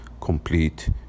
complete